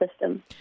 system